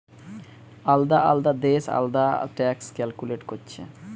আলদা আলদা দেশ আলদা ট্যাক্স ক্যালকুলেট কোরছে